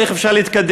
איך אפשר להתקדם?